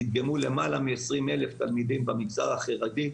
נדגמו למעלה מ-20,000 תלמידים במגזר החרדי.